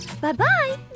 Bye-bye